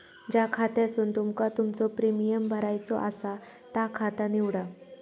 ज्या खात्यासून तुमका तुमचो प्रीमियम भरायचो आसा ता खाता निवडा